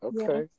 Okay